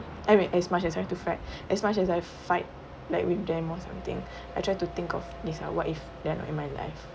I mean as much as I have to fact as much as I fight like with them or something I try to think of this ah what if they are not in my life